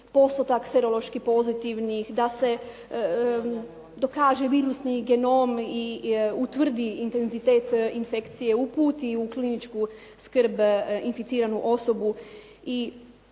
postotak serološki pozitivnih, da se dokaže virusni genom i utvrdi intenzitet infekcije, uputi u kliničku skrb inficiranu osobu